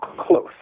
close